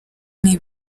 ibyo